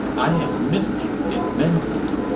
i have missed you immensely.